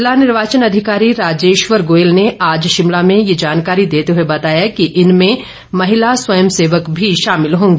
जिला निर्वाचन अधिकारी राजेश्वर गोयल ने आज शिमला ये जानकारी देते हुए बताया कि इनमें महिला स्वयं सेवक भी शामिल होंगी